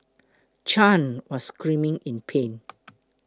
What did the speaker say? Chan was screaming in pain